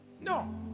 No